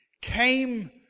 came